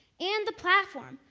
and the platform,